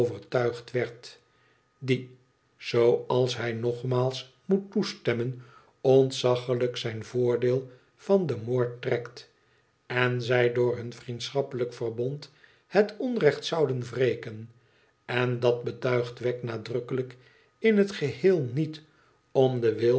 werd die zooals hij nogmaals moet toestemmen ontegenzeglijk zijn voordeel van den moord trekt en zij door hun vriendschappelijk verbond het onrecht zouden wreken en dat betuigt wegg nadrukkelijk in het geheel niet om den wil